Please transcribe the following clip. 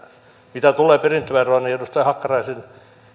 mitä tulee perintöveroon niin edustaja hakkaraisen